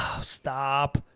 Stop